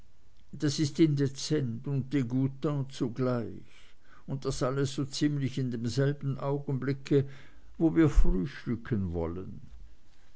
das ist indezent und degoutant zugleich und das alles so ziemlich in demselben augenblick wo wir frühstücken wollen